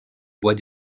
bois